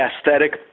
aesthetic